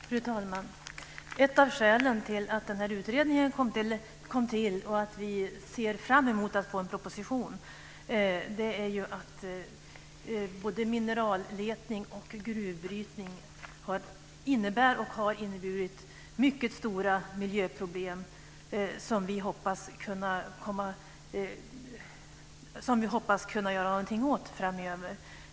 Fru talman! Ett av skälen till att den här utredningen kom till och till att vi ser fram emot att få en proposition är ju att både mineralletning och gruvbrytning innebär, och har inneburit, mycket stora miljöproblem som vi hoppas kunna göra något åt framöver.